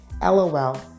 LOL